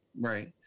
Right